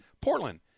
Portland